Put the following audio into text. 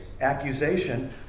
accusation